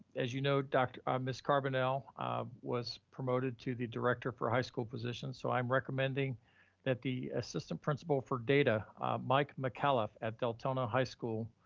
as you know, dr. ms. carbonell was promoted to the director for high school position. so i'm recommending that the assistant principal for data mike mckella at deltona high school,